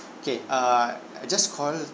okay err I just call